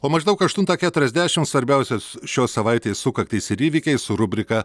o maždaug aštuntą keturiasdešim svarbiausios šios savaitės sukaktys ir įvykiai su rubrika